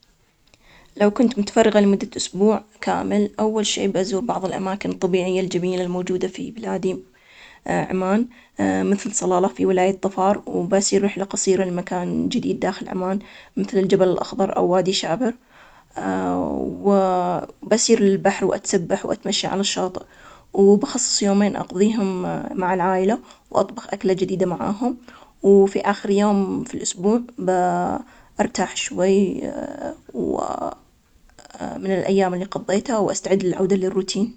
أنا اذا تفرغت لأسبوع كامل, ببدأ أول يوم أخطط لرحلة للجبال, واليوم الثاني برتاح بالبيت و أقرأ كتاب, اليوم الثالث أطلع مع صحابي للشاطئ, واليوم الرابع, بجرب مطاعم جديدة, أما اليوم الخامس, أخصصه للرياضة, وامارس الجري, اليوم السادس بزور عائلتي واقضي وقت معاهم, وأختم الأسبوع بجولة في السوق.